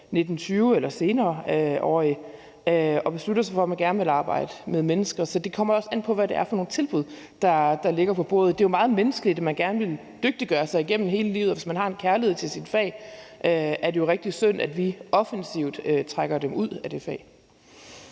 19-20-årig eller senere livet og beslutter sig for, at man gerne vil arbejde med mennesker. Så det kommer også an på, hvad det er for nogle tilbud, der ligger på bordet. Det er jo meget menneskeligt, at man gerne vil dygtiggøre sig gennem hele livet, og hvis man har en kærlighed til sit fag, er det jo rigtig synd, at vi offensivt trækker dem ud af det fag.